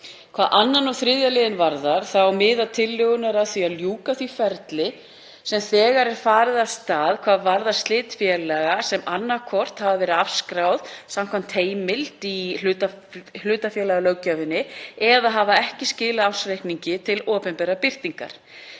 Hvað 2. og 3. lið varðar þá miða tillögurnar að því að ljúka því ferli sem þegar er farið af stað hvað varðar slit félaga sem annaðhvort hafa verið afskráð samkvæmt heimild í hlutafélagalöggjöfinni eða hafa ekki skilað ársreikningi til opinberrar birtingar